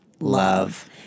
Love